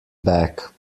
back